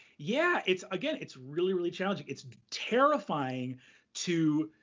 yeah, it's again, it's really, really challenging. it's terrifying to.